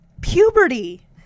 puberty